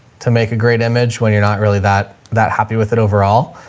to make a great image when you're not really that that happy with it overall.